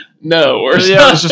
no